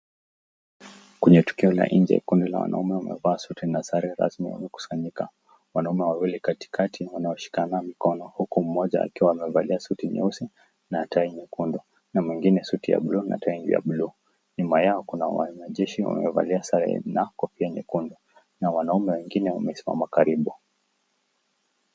Kwenye tukio la nje kundi la wanaume wamevaa suti na sare rasmi wamekusanyika. Wanaume wawili katikati wanaoshikana mkono huku mmoja akiwa amevalia suti nyeusi na tie nyekundu na mwingine suti ya blue na tie ya blue ,nyuma yao kuna wanajeshi wamevalia sare na kofia nyekundu na wanaume wengine wamesimama karibu.